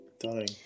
darling